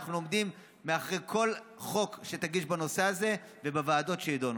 ואנחנו עומדים מאחורי כל חוק שתגיש בנושא הזה ובוועדות שידונו.